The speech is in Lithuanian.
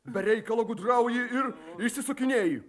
be reikalo gudrauji ir išsisukinėji